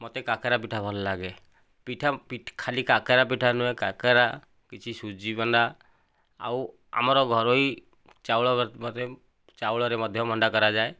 ମୋତେ କାକରା ପିଠା ଭଲ ଲାଗେ ପିଠା ପି ଖାଲି କାକରା ପିଠା ନୁହେଁ କାକରା କିଛି ସୁଜି ବନା ଆଉ ଆମର ଘରୋଇ ଚାଉଳ ଚାଉଳରେ ମଧ୍ୟ ମଣ୍ଡା କରାଯାଏ